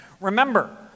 remember